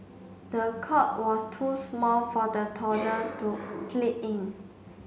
the cot was too small for the to sleep in